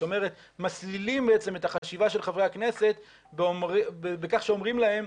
זאת אומרת מסלילים בעצם את החשיבה של חברי הכנסת בכך שאומרים להם: